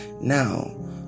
Now